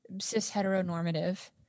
cis-heteronormative